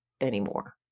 anymore